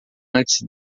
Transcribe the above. antes